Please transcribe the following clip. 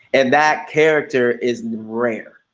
and that character is rare,